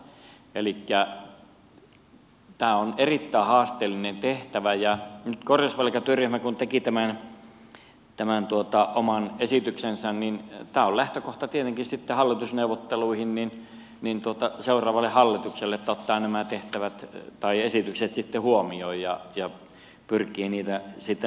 elikkä tämä on erittäin haasteellinen tehtävä ja nyt kun korjausvelkatyöryhmä teki tämän oman esityksensä niin tämä on lähtökohta tietenkin sitten hallitusneuvotteluihin seuraavalle hallitukselle että ottaa nämä esitykset sitten huomioon ja pyrkii niitä tarkastelemaan